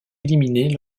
éliminée